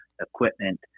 equipment